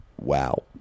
wow